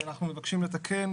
אנחנו מבקשים לתקן.